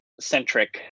centric